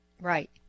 right